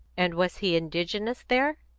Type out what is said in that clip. and was he indigenous there?